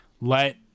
let